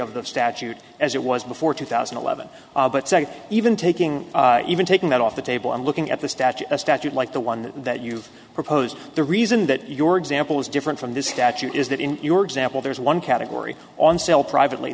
of the statute as it was before two thousand and eleven but say even taking even taking that off the table and looking at the statute a statute like the one that you proposed the reason that your example is different from this statute is that in your example there's one category on sale privately